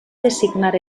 designar